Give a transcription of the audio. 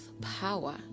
power